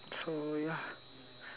so ya